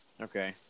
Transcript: Okay